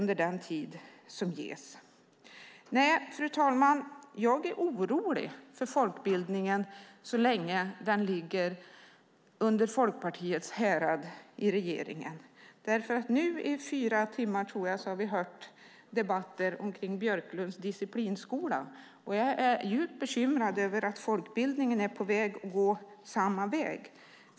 Fru talman! Jag är orolig för folkbildningen så länge den ligger under Folkpartiets härad i regeringen. Nu har vi de senaste fyra timmarna hört debatter om Björklunds disciplinskola. Jag är djupt bekymrad över att folkbildningen är på väg att gå samma väg.